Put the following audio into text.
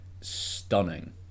stunning